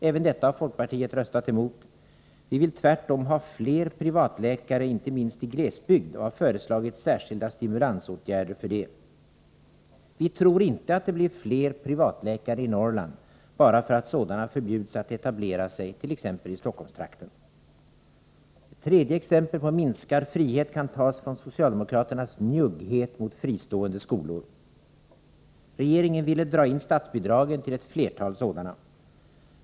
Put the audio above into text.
Även detta har folkpartiet röstat emot — vi vill tvärtom ha fler privatläkare, inte minst i glesbygd och har föreslagit särskilda stimulansåtgärder för detta. Vi tror inte att det blir fler privatläkare i Norrland bara för att sådana förbjuds att etablera sig t.ex. i Stockholmstrakten. Ett tredje exempel på minskad frihet kan tas från socialdemokraternas njugghet mot fristående skolor. Regeringen ville dra in statsbidragen till ett flertal sådana.